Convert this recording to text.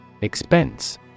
Expense